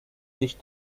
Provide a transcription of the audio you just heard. sich